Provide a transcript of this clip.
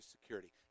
security